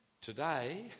Today